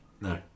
no